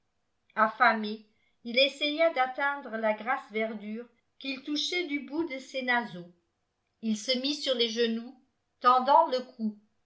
affamé il essaya d'atteindre la grasse verdure qu'il touchait du bout de ses naseaux ii se mit sur les genoux tendant le cou